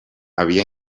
havia